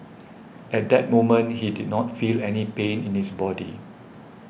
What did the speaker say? at that moment he did not feel any pain in his body